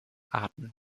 arten